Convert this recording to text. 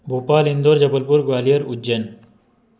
Bhopal Indore Jabalpur Gwalior Ujjain